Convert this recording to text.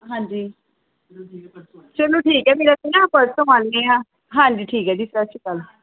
ਹਾਂਜੀ ਚਲੋ ਠੀਕ ਹੈ ਫੇਰ ਅਸੀਂ ਨਾ ਪਰਸੋਂ ਆਉਂਦੇ ਹਾਂ ਹਾਂਜੀ ਠੀਕ ਹੈ ਜੀ ਸਤਿ ਸ਼੍ਰੀ ਅਕਾਲ